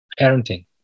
parenting